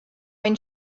when